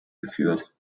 geführt